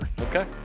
Okay